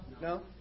No